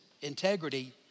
integrity